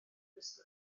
gwisgo